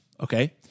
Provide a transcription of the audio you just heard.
okay